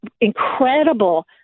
incredible